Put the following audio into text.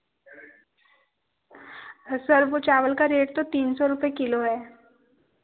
sir वह चावल का रेट तो सौ सौ रुपये किलो है